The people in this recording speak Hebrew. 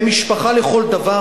הם משפחה לכל דבר,